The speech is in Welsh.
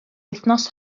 wythnos